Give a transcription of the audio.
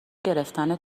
گرفتن